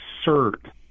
absurd